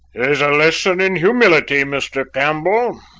here's a lesson in humility, mr. campbell,